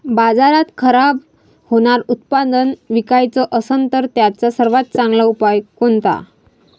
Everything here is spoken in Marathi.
बाजारात खराब होनारं उत्पादन विकाच असन तर त्याचा सर्वात चांगला उपाव कोनता?